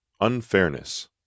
Unfairness